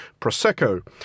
Prosecco